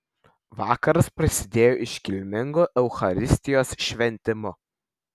vakaras prasidėjo iškilmingu eucharistijos šventimu